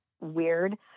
weird